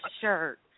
shirt